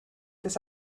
this